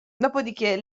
dopodichè